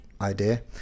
idea